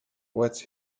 what’s